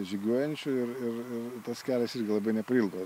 žygiuojančių ir ir ir tas kelias irgi labai neprailgo